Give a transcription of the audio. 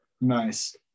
nice